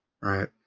right